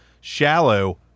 shallow